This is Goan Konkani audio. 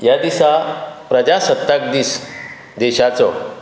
ह्या दिसा प्रजासक्ताक दीस देशाचो